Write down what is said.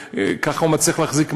כך הוא מצליח להחזיק מעמד,